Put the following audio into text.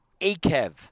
Akev